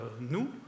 nous